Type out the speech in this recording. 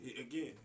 Again